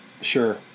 Sure